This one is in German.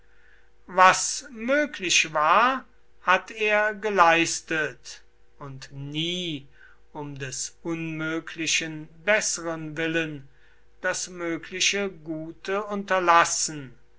was möglich war hat er geleistet und nie um des unmöglichen besseren willen das mögliche gute unterlassen